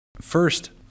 first